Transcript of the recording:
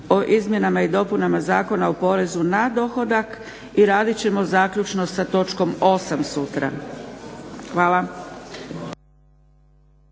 o izmjenama i dopunama o porezu na dohodak i radit ćemo zaključno sa točkom 8 sutra. Hvala.